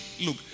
Look